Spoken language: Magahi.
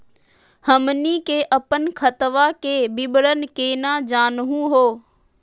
हमनी के अपन खतवा के विवरण केना जानहु हो?